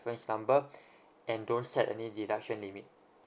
number and don't set any deduction limit